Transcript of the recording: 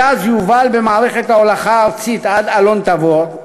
הגז יובל במערכת ההולכה הארצית עד אלון-תבור,